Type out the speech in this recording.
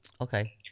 okay